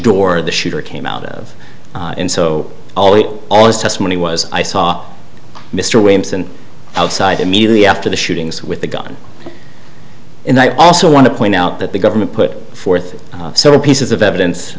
door the shooter came out of and so all that testimony was i saw mr williamson outside immediately after the shootings with the gun and i also want to point out that the government put forth several pieces of evidence